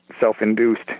self-induced